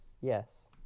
Yes